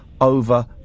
over